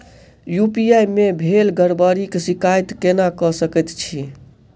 UPI मे भेल गड़बड़ीक शिकायत केना कऽ सकैत छी?